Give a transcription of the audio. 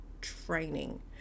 training